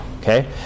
Okay